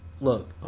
Look